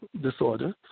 disorder